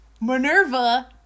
Minerva